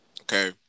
okay